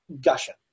gushing